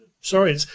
sorry